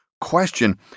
question